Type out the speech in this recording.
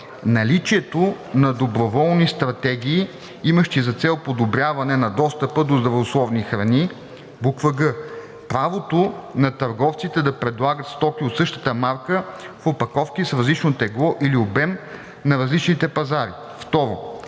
наличието на доброволни стратегии, имащи за цел подобряване на достъпа до здравословни храни; г) правото на търговците да предлагат стоки от същата марка в опаковки с различно тегло или обем на различните пазари.“